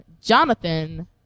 Jonathan